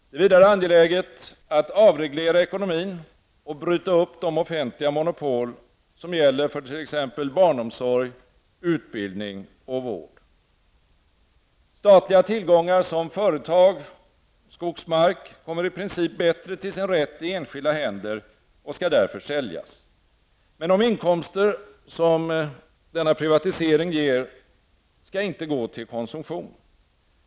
Det är vidare angeläget att avreglera ekonomin och bryta upp de offentliga monopol som gäller för t.ex. barnomsorg, utbildning och vård. Statliga tillgångar som företag och skogsmark kommer i princip bättre till sin rätt i enskilda händer och skall därför säljas. Men de inkomster som denna privatisering ger skall inte gå till konsumtion.